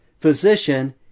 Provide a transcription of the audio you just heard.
Physician